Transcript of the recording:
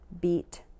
beat